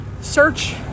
search